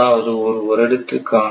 அதாவது ஒரு வருடத்துக்கான